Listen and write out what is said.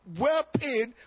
Well-paid